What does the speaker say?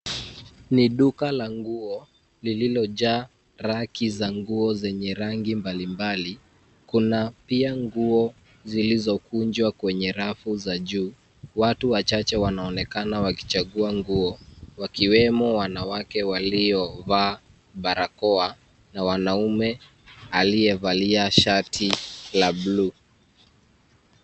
Ni duka la nguo lililojaa racki za nguo zenye rangi mbalimbali, kuna pia nguo zilizokunjwa kwenye rafu za juu. Watu wachache wanaonekana wakichagua nguo wakiwemo wanawake waliovaa barakoa na wanaume aliyevalia la bluu.